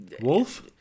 Wolf